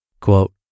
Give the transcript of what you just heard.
Quote